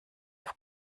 auf